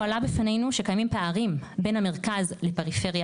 הועלה בפנינו שקיימים פערים בין המרכז לפריפריה